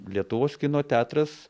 lietuvos kino teatras